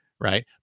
Right